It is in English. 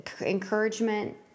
encouragement